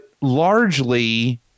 largely